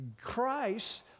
Christ